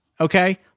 Okay